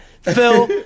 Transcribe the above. Phil